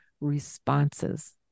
responses